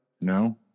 No